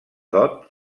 dot